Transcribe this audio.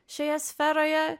šioje sferoje